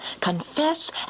confess